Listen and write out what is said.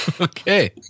Okay